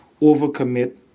overcommit